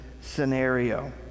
scenario